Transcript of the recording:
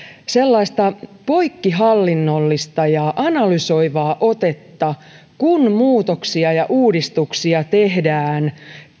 poikkihallinnollista ja analysoivaa otetta kun muutoksia ja uudistuksia tehdään